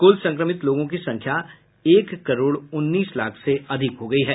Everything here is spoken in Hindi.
कुल संक्रमित लोगों की संख्या एक करोड उन्नीस लाख से अधिक हो गई है